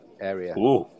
Area